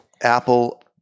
Apple